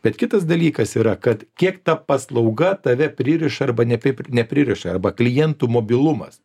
bet kitas dalykas yra kad kiek ta paslauga tave pririša arba ne taip ir nepririša arba klientų mobilumas